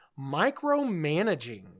micromanaging